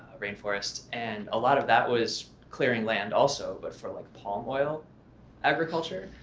rainforest. and a lot of that was clearing land also, but for like palm oil agriculture,